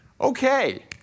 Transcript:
Okay